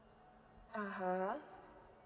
(uh huh)